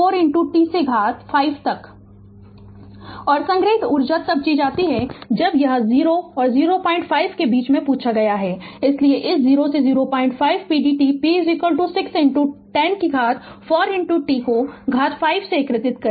Refer Slide Time 2411 और संग्रहीत ऊर्जा तब दी जाती है यह 0 और 05 के बीच में पूछा गया है इसलिए इस 0 से 05 pdt p 6 10 कि घात 4 t को घात 5 में एकीकृत करें